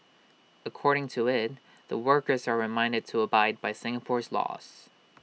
according to IT the workers are reminded to abide by Singapore's laws